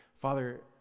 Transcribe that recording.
father